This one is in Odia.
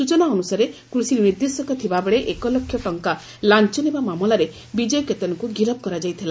ସୂଚନା ଅନୁସାରେ କୃଷି ନିର୍ଦ୍ଦେଶକ ଥିବାବେଳେ ଏକ ଲକ୍ଷ ଟଙ୍କା ଲାଞ ନେବା ମାମଲାରେ ବିଜୟ କେତନଙ୍ଙୁ ଗିରଫ କରାଯାଇଥିଲା